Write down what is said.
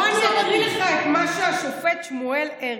אז בוא אני אקריא לך את מה שהשופט שמואל הרבסט,